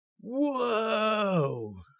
Whoa